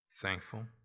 thankful